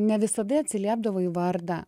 ne visada atsiliepdavo į vardą